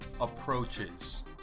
approaches